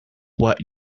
what